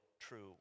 true